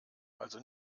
also